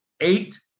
eight